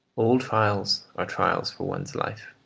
all trials are trials for one's life,